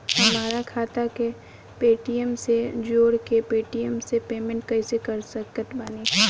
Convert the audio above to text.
हमार खाता के पेटीएम से जोड़ के पेटीएम से पेमेंट कइसे कर सकत बानी?